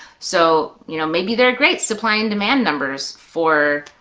so you know maybe there are great supply and demand numbers for